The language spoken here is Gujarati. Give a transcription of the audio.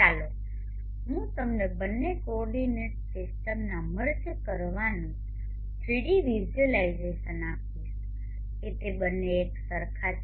ચાલો હું તમને બંને કોઓર્ડિનેટ્સ સિસ્ટમમાં મર્જ કરવાનું 3D વિઝ્યુલાઇઝેશન આપીશ કે તે બંને એકસરખા છે